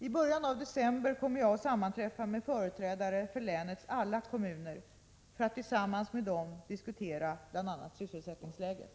I början av december kommer jag att sammanträffa med företrädare för länets alla kommuner för att tillsammans med dem diskutera bl.a. sysselsättningsläget.